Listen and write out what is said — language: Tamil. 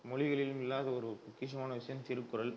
மொழிகளிலும் இல்லாத ஒரு பொக்கிஷமான விஷயம் திருக்குறள்